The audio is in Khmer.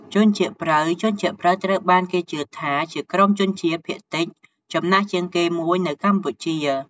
ជនជាតិព្រៅ ជនជាតិព្រៅត្រូវបានគេជឿថាជាក្រុមជនជាតិភាគតិចចំណាស់ជាងគេមួយនៅកម្ពុជា។